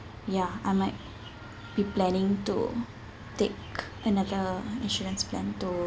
ya I might be planning to take another insurance plan to